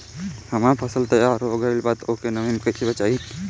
हमार फसल तैयार हो गएल बा अब ओके नमी से कइसे बचाई?